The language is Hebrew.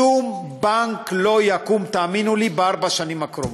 שום בנק לא יקום, תאמינו לי, בארבע השנים הקרובות.